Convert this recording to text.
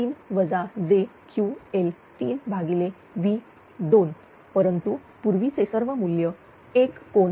ती V2 परंतु पूर्वीचे सर्व मूल्य 1∠0°